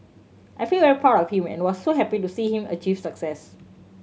I feel very proud of him and was so happy to see him achieve success